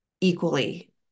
equally